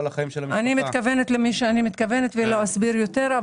אני מתכוונת למי שאני מתכוונת ולא אסביר יותר.